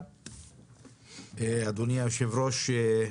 אדוני היושב ראש,